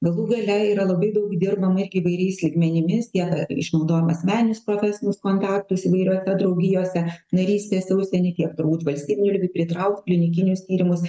galų gale yra labai daug dirbama irgi įvairiais lygmenimis tiek išnaudojam asmeninius profesinius kontaktus įvairiose draugijose narystės užsienyje kiek turbūt valstybiniu lygiu pritraukt klinikinius tyrimus